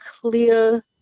clear